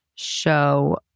show